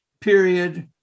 period